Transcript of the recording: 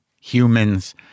humans